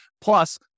Plus